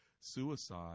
suicide